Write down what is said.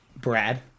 brad